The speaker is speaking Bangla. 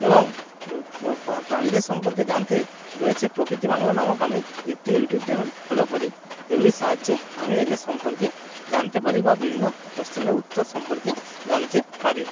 এবং প্রাণীদের সম্পর্কে জানতে রয়েছে প্রকৃতি বাংলা নামক আমি একটি ইউটিউব চ্যানেল ফলো করি এগুলির সাহায্যে আমি এদের সম্পর্কে জানতে পারি বা বিভিন্ন কোশ্চেনের উত্তর সম্পর্কে জানতে পারি